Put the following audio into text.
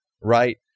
right